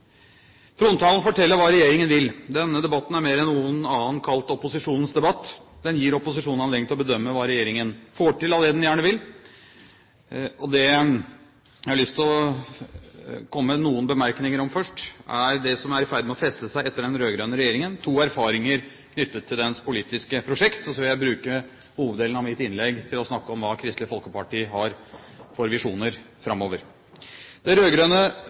Trontalen forteller hva regjeringen vil. Denne debatten er mer enn noen annen kalt opposisjonens debatt. Den gir opposisjonen anledning til å bedømme hva regjeringen får til av det den gjerne vil. Det jeg har lyst til å komme med noen bemerkninger om først, er det som er i ferd med å festne seg etter den rød-grønne regjeringen – to erfaringer knyttet til dens politiske prosjekt – og så vil jeg bruke hoveddelen av mitt innlegg til å snakke om hva Kristelig Folkeparti har for visjoner framover. Det